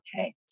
okay